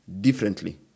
differently